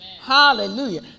hallelujah